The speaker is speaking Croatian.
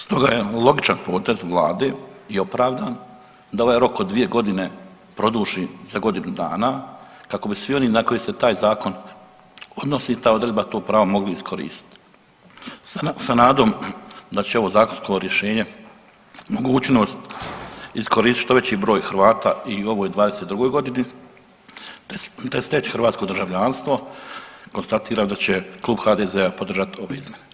Stoga je logičan potez vlade i opravdan da ovaj rok od 2.g. produži za godinu dana kako bi svi oni na koje se taj zakon odnosi i ta odredba to pravo mogli iskoristit sa nadom da će ovo zakonsko rješenje mogućnost iskoristit što veći broj Hrvata i u ovoj '22.g., te steć hrvatsko državljanstvo, konstatira da će Klub HDZ-a podržati ove izmjene.